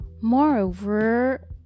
moreover